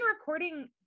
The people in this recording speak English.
recording